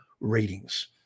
ratings